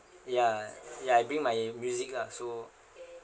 ya ya I bring my music lah so